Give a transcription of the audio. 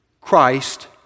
Christ